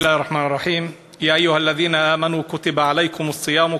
אני לא מתייחס להתבטאות האחרונה.